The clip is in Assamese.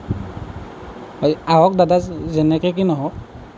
হয় আহক দাদা যেনেকুৱাকৈয়ে নহওক